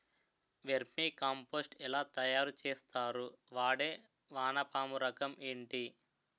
Vermi compost ఎలా తయారు చేస్తారు? వాడే వానపము రకం ఏంటి?